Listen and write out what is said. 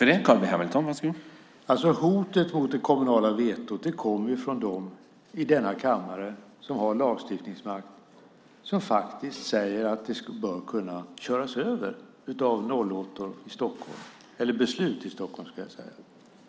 Herr talman! Hotet mot det kommunala vetot kommer från dem i denna kammare, som har lagstiftningsmakt, som faktiskt säger att det bör kunna köras över av beslut i Stockholm.